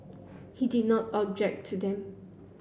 he did not object to them